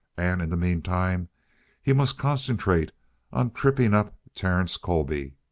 and in the meantime he must concentrate on tripping up terence colby,